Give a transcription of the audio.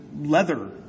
leather